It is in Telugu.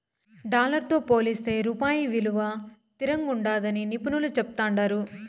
డాలర్ తో పోలిస్తే రూపాయి ఇలువ తిరంగుండాదని నిపునులు చెప్తాండారు